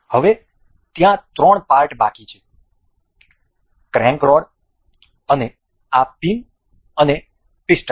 હવે ત્યાં ત્રણ પાર્ટ બાકી છે ક્રેન્ક રોડ અને આ પિન અને પિસ્ટન